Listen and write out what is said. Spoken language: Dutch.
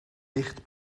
dicht